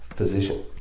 position